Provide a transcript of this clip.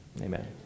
Amen